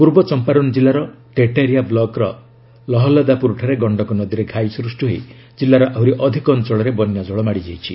ପୂର୍ବ ଚମ୍ପାରନ୍ କିଲ୍ଲାର ଟେଟାରିଆ ବ୍ଲକ୍ର ଲହଲଦାପୁର ଠାରେ ଗଣ୍ଡକ ନଦୀରେ ଘାଇ ସୃଷ୍ଟି ହୋଇ ଜିଲ୍ଲାର ଆହୁରି ଅଧିକ ଅଞ୍ଚଳରେ ବନ୍ୟା ଜଳ ମାଡ଼ି ଯାଇଛି